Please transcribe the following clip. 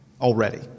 already